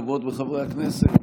חברות וחברי הכנסת,